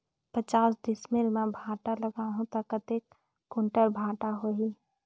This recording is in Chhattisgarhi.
पचास डिसमिल मां भांटा लगाहूं ता कतेक कुंटल भांटा होही?